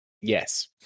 Yes